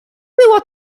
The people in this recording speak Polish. było